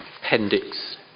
Appendix